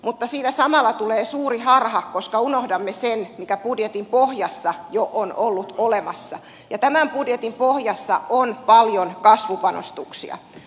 mutta siinä samalla tulee suuri harha koska unohdamme sen mikä budjetin pohjassa jo on ollut olemassa ja tämän budjetin pohjassa on paljon kasvupanostuksia